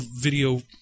video